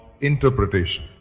interpretation